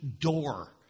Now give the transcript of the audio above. door